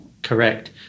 Correct